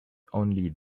only